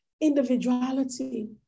individuality